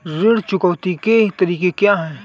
ऋण चुकौती के तरीके क्या हैं?